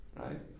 right